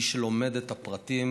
ומי שלומד את הפרטים